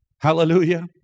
Hallelujah